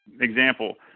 Example